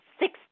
Six